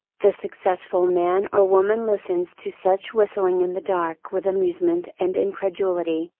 the successful man or woman listens to such whistling in the dark with amusement and incredulity,